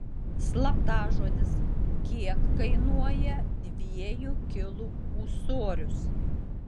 slaptažodis kiek kainuoja dviejų kilų ūsorius